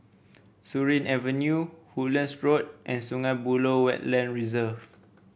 Surin Avenue Woodlands Road and Sungei Buloh Wetland Reserve